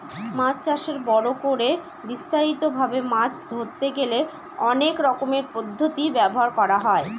মাছ চাষে বড় করে বিস্তারিত ভাবে মাছ ধরতে গেলে অনেক রকমের পদ্ধতি ব্যবহার করা হয়